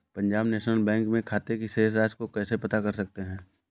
Punjab National Bank में खाते की शेष राशि को कैसे पता कर सकते हैं?